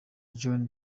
johnny